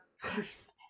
Christmas